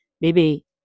Baby